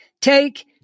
take